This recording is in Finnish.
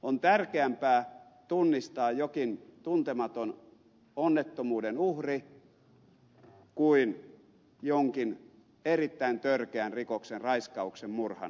on tärkeämpää tunnistaa jokin tuntematon onnettomuuden uhri kuin jonkin erittäin törkeän rikoksen raiskauksen murhan tekijä